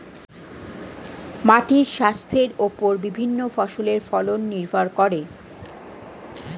মাটির স্বাস্থ্যের ওপর বিভিন্ন ফসলের ফলন নির্ভর করে